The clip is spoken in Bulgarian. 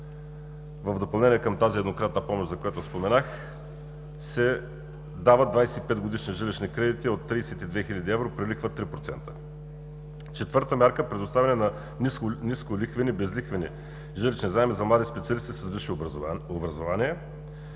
в допълнение към тази еднократна помощ, за която споменах, се дават 25-годишни жилищни кредити от 32 хил. евро при лихва 3%. Четвърта мярка – предоставяне на нисколихвени, безлихвени жилищни заеми за млади специалисти с висше образование.